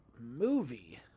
movie